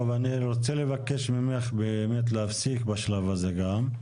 טוב, אני רוצה לבקש ממך באמת להפסיק בשלב הזה גם.